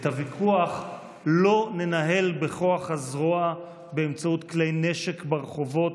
את הוויכוח לא ננהל בכוח הזרוע באמצעות כלי נשק ברחובות,